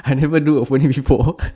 I never do opening before